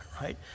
right